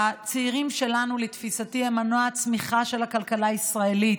הצעירים שלנו הם לתפיסתי מנוע הצמיחה של הכלכלה הישראלית,